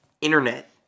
Internet